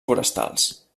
forestals